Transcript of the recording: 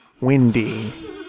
Windy